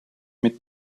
mit